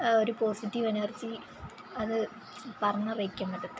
ഒരു positive energy അത് പറഞ്ഞ് അറിയിക്കാൻ പറ്റത്തില്ല